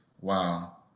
wow